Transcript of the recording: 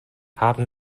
haben